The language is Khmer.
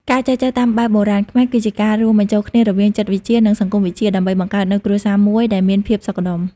ការចែចូវតាមបែបបុរាណខ្មែរ គឺជាការរួមបញ្ចូលគ្នារវាង "ចិត្តវិទ្យា" និង "សង្គមវិទ្យា" ដើម្បីបង្កើតនូវគ្រួសារមួយដែលមានភាពសុខដុម។